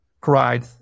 cried